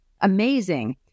Amazing